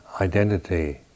identity